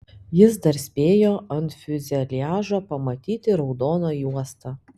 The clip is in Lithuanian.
jis dar spėjo ant fiuzeliažo pamatyti raudoną juostą